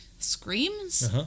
screams